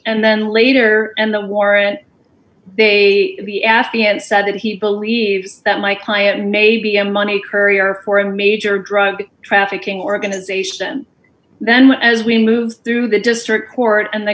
and then later and the warrant they the afghan said that he believes that my client may be a money courier for a major drug trafficking organization then as we move through the district court and the